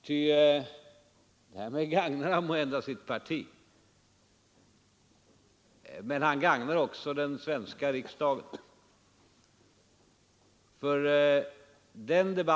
Därmed gagnar han måhända sitt parti. Men han gagnar också den svenska riksdagen.